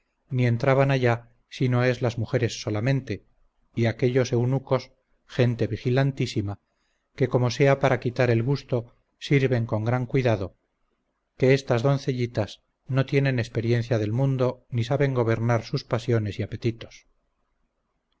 ni entraban allá sino es las mujeres solamente y aquellos eunucos gente vigilantísima que como sea para quitar el gusto sirven con gran cuidado que estas doncellitas no tienen experiencia del mundo ni saben gobernar sus pasiones y apetitos